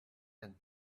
and